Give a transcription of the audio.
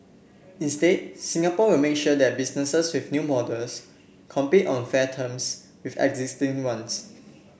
instead Singapore will make sure that businesses with new models compete on fair terms with existing ones